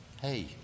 Hey